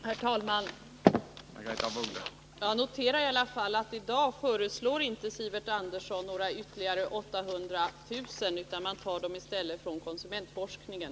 Herr talman! Jag noterar i varje fall att i dag föreslår inte Sivert Andersson några ytterligare 800 000, utan han tar dem i stället från konsumentforskningen.